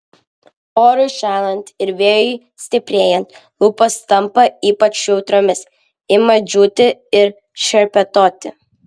orui šąlant ir vėjui stiprėjant lūpos tampa ypač jautriomis ima džiūti ir šerpetoti